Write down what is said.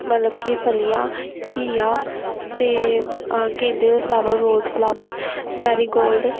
ਮਤਲਬ ਕਿ ਫਲੀਆਂ ਘੀਆ ਅਤੇ ਗੇਂਦੇ ਦੇ ਫਲਾਵਰ ਰੋਜ਼ ਫਲਾਵਰ ਮੈਰੀਗੋਲਡ